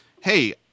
hey